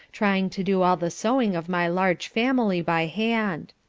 trying to do all the sewing of my large family by hand.